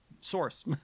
source